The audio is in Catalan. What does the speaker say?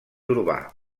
urbà